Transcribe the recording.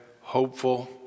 hopeful